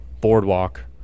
boardwalk